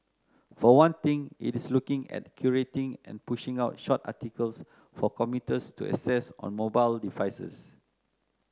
for one thing it is looking at curating and pushing out short articles for commuters to access on mobile devices